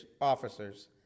officers